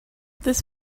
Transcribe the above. this